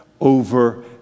over